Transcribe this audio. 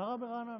מה רע ברעננה?